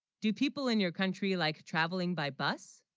do people in your country, like travelling, by bus